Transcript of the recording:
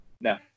No